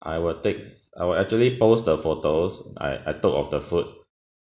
I will take I will actually post the photos I I took of the food